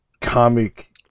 comic